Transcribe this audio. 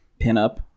pinup